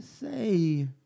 say